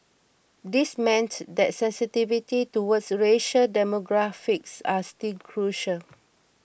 this meant that sensitivity toward racial demographics was still crucial